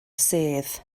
sedd